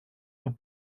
του